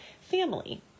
family